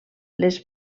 les